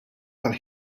tal